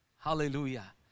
Hallelujah